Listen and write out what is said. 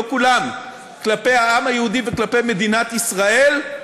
לא כולם, כלפי העם היהודי וכלפי מדינת ישראל.